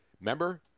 Remember